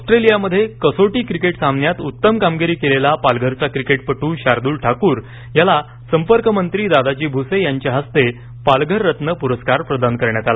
ऑस्ट्रेलियामध्ये कसोटी क्रिकेट सामन्यात उत्तम कामगिरी केलेले पालघरचे क्रिकेटपटू शादूल ठाकूर यांना संपर्कमंत्री दादाजी भूसे यांच्या हस्ते पालघररत्न पूरस्कार प्रदान करण्यात आला